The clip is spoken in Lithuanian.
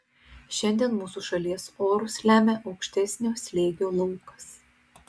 šiandien mūsų šalies orus lemia aukštesnio slėgio laukas